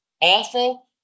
awful